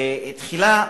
תחילה,